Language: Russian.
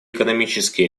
экономические